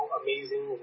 amazing